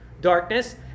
darkness